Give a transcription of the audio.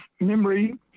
memory